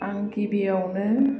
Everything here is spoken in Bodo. आं गिबियावनो